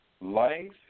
life